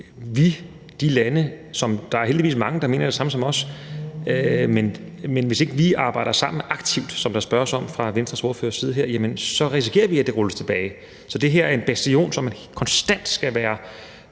hvis vi ikke – der er heldigvis mange lande, der mener det samme som os – aktivt arbejder sammen, sådan som der spørges om af Venstres ordfører, risikerer vi, at det rulles tilbage. Så det her er en bastion, som man konstant skal stå